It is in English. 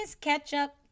ketchup